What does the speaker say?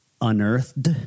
Unearthed